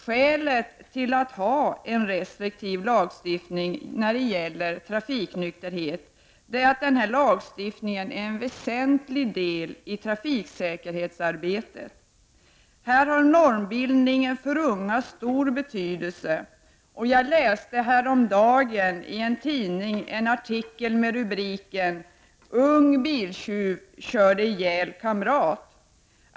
Skälet till att ha en restriktiv lagstiftning när det gäller trafiknykterhet är att denna lagstiftning utgör en väsentlig del av trafiksäkerhetsarbetet. Här har normbildningen stor betydelse för de unga. Jag läste häromdagen en arti kel i en tidning med rubriken ” Ung biltjuv körde ihjäl kamrat”.